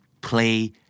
play